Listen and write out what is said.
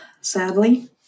sadly